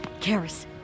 Karis